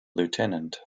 lieutenant